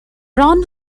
ron